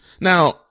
Now